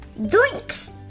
Doinks